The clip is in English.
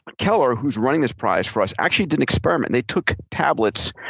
keller, who's running this prize for us, actually did an experiment. they took tablets